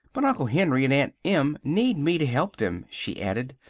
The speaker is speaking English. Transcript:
but uncle henry and aunt em need me to help them, she added,